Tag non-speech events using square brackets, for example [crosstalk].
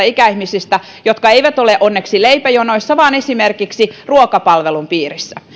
[unintelligible] ikäihmisten jotka eivät ole onneksi leipäjonoissa vaan esimerkiksi ruokapalvelun piirissä